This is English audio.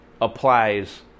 applies